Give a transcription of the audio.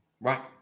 Right